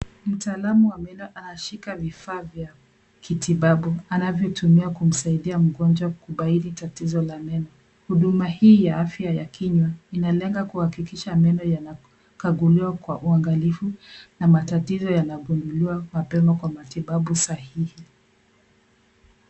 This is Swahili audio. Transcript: Mtaalamu wa meno anashika vifaa vya kitibabu anavyotumia kumsaidia mgonjwa kubaini tatizo ya meno. Huduma ii ya afya ya kinywa inalenga kuhakikisha meno yanakaguliwa kwa uangalifu na matatizo yanagunduliwa mapema kwa matiabu sahihi.